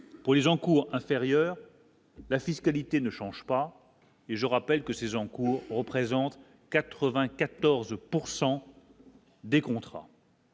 pour les encours inférieurs. La fiscalité ne change pas, et je rappelle que ces encours représentent 94 pourcent.